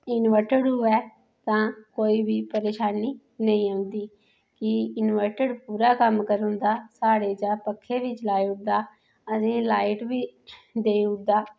inverter होऐ तां कोई बी परेशानी नेईं औंदी कि इनवर्टर पूरा कम्म करी उंदा साढ़े पक्खे बी चलाई उड़दा असेंई लाइट बी देई उड़दा